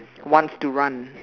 wants to run